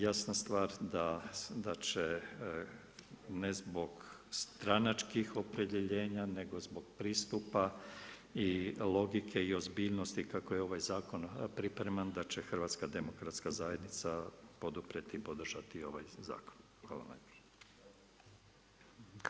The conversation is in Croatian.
Jasna stvar da će ne zbog stranačkih opredjeljenja, nego zbog pristupa i logike i ozbiljnosti kako ovaj zakon pripreman da će HDZ poduprijeti i podržati ovaj zakon.